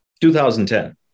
2010